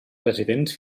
presidents